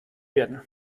werden